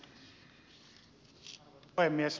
arvoisa puhemies